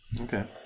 Okay